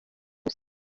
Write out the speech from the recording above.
gusa